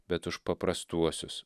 bet už paprastuosius